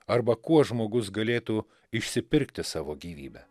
arba kuo žmogus galėtų išsipirkti savo gyvybę